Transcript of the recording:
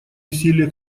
усилия